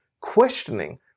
questioning